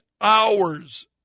hours